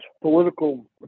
political